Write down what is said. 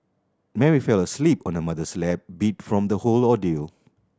Mary fell asleep on her mother's lap beat from the whole ordeal